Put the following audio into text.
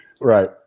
Right